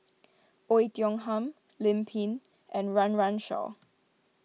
Oei Tiong Ham Lim Pin and Run Run Shaw